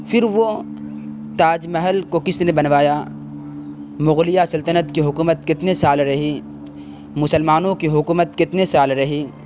پھر وہ تاج محل کو کس نے بنوایا مغلیہ سلطنت کی حکومت کتنے سال رہی مسلمانوں کی حکومت کتنے سال رہی